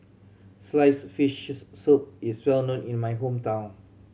sliced fishes soup is well known in my hometown